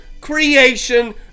creation